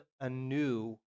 anew